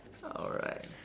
alright